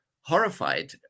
horrified